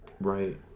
right